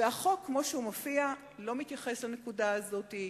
החוק, כפי שהוא מופיע, לא מתייחס לנקודה הזאת,